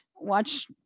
watch